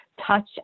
touch